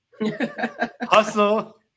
hustle